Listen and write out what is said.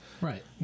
Right